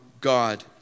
God